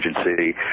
Agency